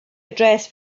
address